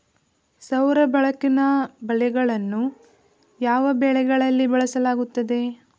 ಸೌರ ಬೆಳಕಿನ ಬಲೆಗಳನ್ನು ಯಾವ ಬೆಳೆಗಳಲ್ಲಿ ಬಳಸಲಾಗುತ್ತದೆ?